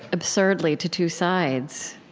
absurdly, to two sides,